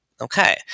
Okay